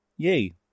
Yay